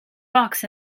box